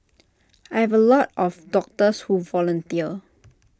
I have A lot of doctors who volunteer